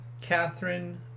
Catherine